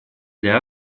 для